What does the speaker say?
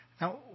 Now